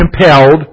compelled